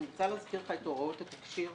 את הוראות התקשי"ר